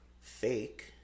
fake